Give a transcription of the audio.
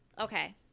okay